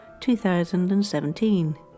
2017